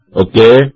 okay